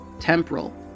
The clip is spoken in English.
temporal